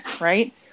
right